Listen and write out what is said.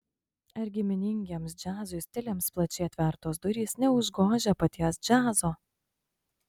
ar giminingiems džiazui stiliams plačiai atvertos durys neužgožia paties džiazo